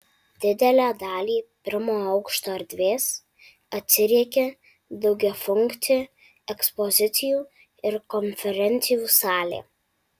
didelę dalį pirmojo aukšto erdvės atsiriekia daugiafunkcė ekspozicijų ir konferencijų salė